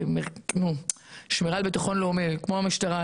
שהוא שמירה על ביטחון לאומי, כמו המשטרה,